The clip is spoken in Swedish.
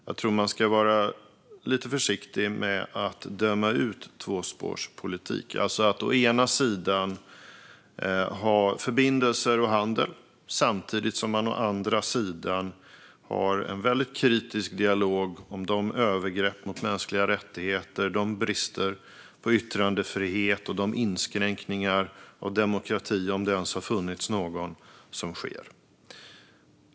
Jag tror att man ska vara lite försiktig med att döma ut tvåspårspolitik, det vill säga att å ena sidan ha förbindelser och handel samtidigt som man å andra sidan har en väldigt kritisk dialog om de övergrepp mot mänskliga rättigheter som sker, de brister på yttrandefrihet som finns och de inskränkningar av demokrati - om det ens har funnits någon - som sker.